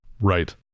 right